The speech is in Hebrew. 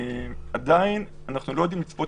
לשטח את